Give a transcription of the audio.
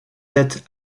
tête